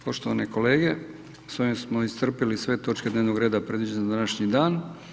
Poštovane kolege, s ovim smo iscrpili sve točke dnevnog reda predviđene za današnji dan.